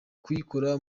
kuyikora